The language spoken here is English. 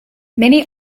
many